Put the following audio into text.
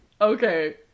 Okay